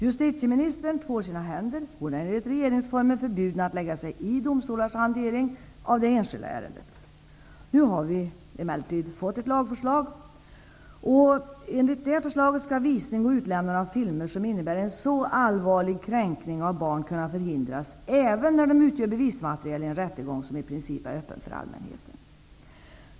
Justitieministern tvår sina händer; hon är enligt regeringsformen förbjuden att lägga sig i domstolarnas hantering av det enskilda ärendet.'' Nu har vi emellertid fått ett lagförslag. Enligt förslaget skall visning och utlämnande av filmer som innebär en så allvarlig kränkning av barn kunna förhindras även när de utgör bevismaterial i en rättegång som i princip är öppen för allmänheten.